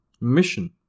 Mission